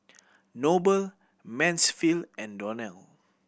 Noble Mansfield and Donnell